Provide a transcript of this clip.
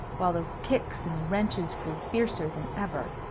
while the kicks and wrenches grew fiercer than ever,